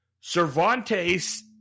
Cervantes